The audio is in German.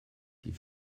die